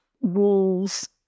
walls